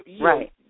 Right